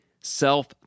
self